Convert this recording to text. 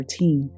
13